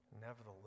Nevertheless